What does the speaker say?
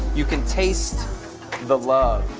you can taste the love.